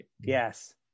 Yes